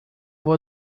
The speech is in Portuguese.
vou